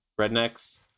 rednecks